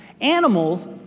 animals